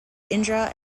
indra